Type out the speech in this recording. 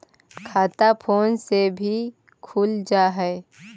खाता फोन से भी खुल जाहै?